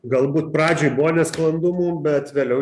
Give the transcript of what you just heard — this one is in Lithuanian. galbūt pradžioj buvo nesklandumų bet vėliau